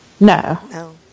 No